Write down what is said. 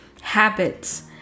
habits